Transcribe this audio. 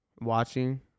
watching